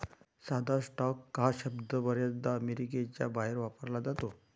साधा स्टॉक हा शब्द बर्याचदा अमेरिकेच्या बाहेर वापरला जातो